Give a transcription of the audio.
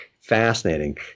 fascinating